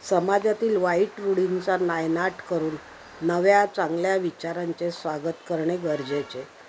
समाजातील वाईट रूढींचा नायनाट करून नव्या चांगल्या विचारांचे स्वागत करणे गरजेचे